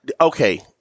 Okay